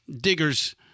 Diggers